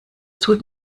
tut